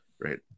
Right